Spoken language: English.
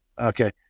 okay